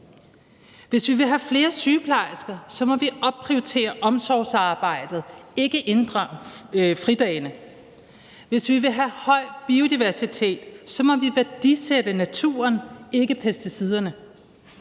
Hvis vi vil have flere sygeplejersker, må vi opprioritere omsorgsarbejdet, ikke inddrage fridagene. Hvis vi vil have høj biodiversitet, må vi værdsætte naturen, ikke pesticiderne.